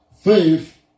faith